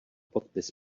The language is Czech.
podpis